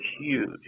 huge